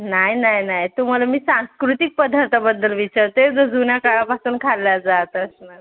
नाही नाही नाही तुम्हाला मी सांस्कृतिक पदार्थाबद्दल विचारते जो जुन्या काळापासून खाल्ला जात असणार